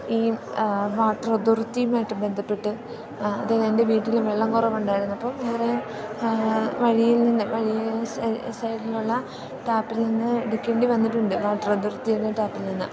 ഈ വാട്ടർ അതോറിറ്റിയുമായിട്ട് ബന്ധപ്പെട്ട് അത് എൻ്റെ വീട്ടിൽ വെള്ളം കുറവുണ്ടായിരുന്നപ്പോൾ വെറെ വഴിയിൽ നിന്ന് വഴി സൈഡിലുള്ള ടാപ്പിൽ നിന്ന് എടുക്കേണ്ടി വന്നിട്ടുണ്ട് വാട്ടർ അതോറിറ്റിയുടെ ടാപ്പിൽ നിന്ന്